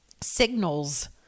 signals